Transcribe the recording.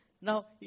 Now